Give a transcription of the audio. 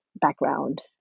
background